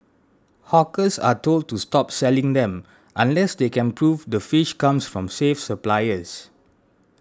hawkers are told to stop selling them unless they can prove the fish comes from safe suppliers